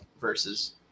versus